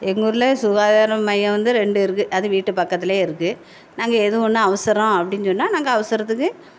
எங்கூரில் சுகாதார மையம் வந்து ரெண்டு இருக்குது அது வீட்டு பக்கத்துலேயே இருக்குது நாங்கள் எதுவும் ஒன்று அவசரம் அப்படின்னு சொன்னால் நாங்கள் அவசரத்துக்கு